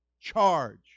charge